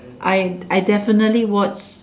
I I definitely watch